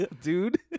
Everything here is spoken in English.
Dude